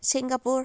Singapore